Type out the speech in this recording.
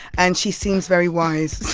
and she seems very wise.